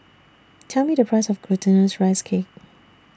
Tell Me The Price of Glutinous Rice Cake